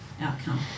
outcome